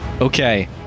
Okay